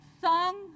Song